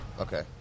Okay